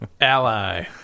Ally